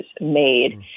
made